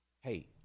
Hey